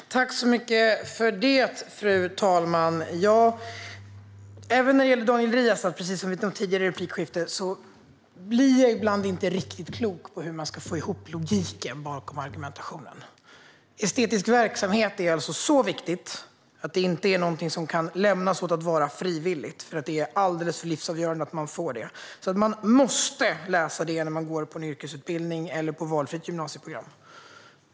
Fru talman! Precis som i mitt tidigare replikskifte blir jag även när det gäller Daniel Riazat ibland inte riktigt klok på hur man ska få ihop logiken bakom argumentationen. Estetisk verksamhet är alltså så viktigt att det inte kan tillåtas vara frivilligt. Det är alldeles för livsavgörande att man får ta del av det att man måste läsa det när man går en yrkesutbildning eller valfritt gymnasieprogram.